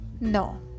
No